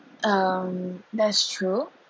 um that's true